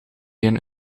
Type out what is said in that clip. een